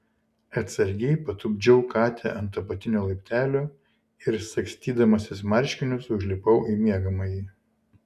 atsargiai patupdžiau katę ant apatinio laiptelio ir sagstydamasis marškinius užlipau į miegamąjį